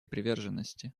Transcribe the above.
приверженности